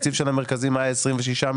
התקציב של המרכזים עד עכשיו היה 26 מיליון